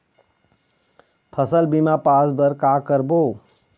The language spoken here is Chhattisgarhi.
फसल बीमा पास बर का करबो?